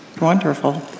wonderful